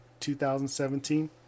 2017